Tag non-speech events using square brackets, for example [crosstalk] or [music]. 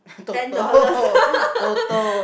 ten dollars [laughs]